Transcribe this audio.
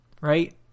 right